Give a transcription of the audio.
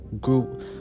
group